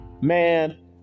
man